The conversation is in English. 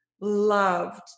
loved